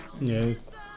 yes